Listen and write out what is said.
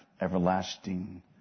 everlasting